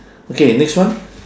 okay next one